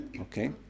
okay